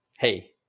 Hey